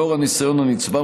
לאור הניסיון הנצבר,